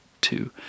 two